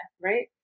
Right